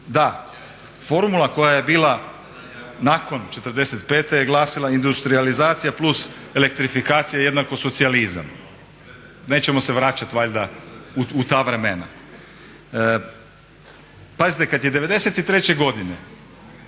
Da, formula koja je bila nakon '45.je glasila je industrijalizacija plus elektrifikacija jednako socijalizam. Nećemo se vraćati valjda u ta vremena. Pazite, kada je '93.godine